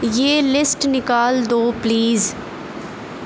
یہ لسٹ نکال دو پلیز